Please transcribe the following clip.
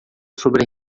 sobre